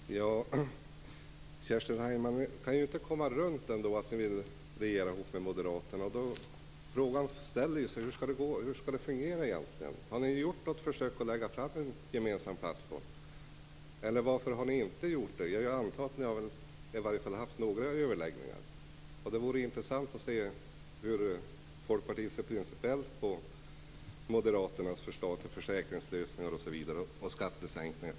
Fru talman! Kerstin Heinemann, ni kan ju ändå inte komma ifrån att ni vill regera tillsammans med moderaterna. Frågan är då: Hur skall det fungera egentligen? Har ni gjort något försök att presentera en gemensam plattform? Om inte, varför har ni inte gjort det? Jag antar att ni i alla fall har haft några överläggningar. Det vore intressant att höra Folkpartiets principiella syn på Moderaternas förslag till försäkringslösningar, skattesänkningar osv.